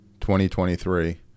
2023